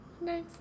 Nice